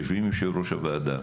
יושבים עם יושב-ראש הוועדה,